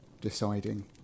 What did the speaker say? deciding